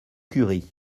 curie